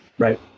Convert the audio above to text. Right